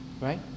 right